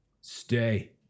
Stay